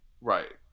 Right